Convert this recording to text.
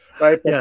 right